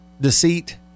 deceit